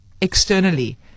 externally